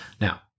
Now